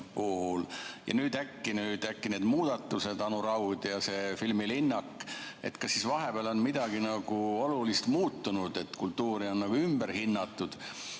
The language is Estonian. Ja nüüd äkki need muudatused – Anu Raud ja see filmilinnak. Kas vahepeal on midagi olulist muutunud, et kultuuri on ümber hinnatud?